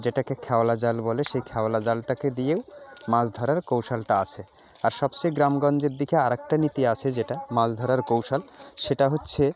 যেটাকে খ্যাওলা জাল বলে সেই খ্যাওলা জালটাকে দিয়েও মাছ ধরার কৌশলটা আসে আর সবচেয়ে গ্রামগঞ্জের দিকে আরেকটা নীতি আছে যেটা মাছ ধরার কৌশল সেটা হচ্ছে